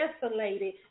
desolated